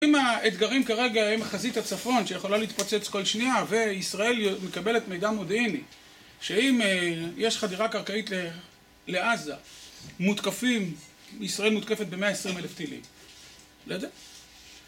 אם האתגרים כרגע הם חזית הצפון שיכולה להתפוצץ כל שניה וישראל מקבלת מידע מודיעיני, שאם יש חדירה קרקעית לעזה, מותקפים, ישראל מותקפת במאה עשרים אלף טילים.